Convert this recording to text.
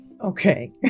Okay